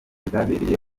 bwabereye